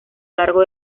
largo